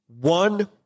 One